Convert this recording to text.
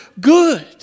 good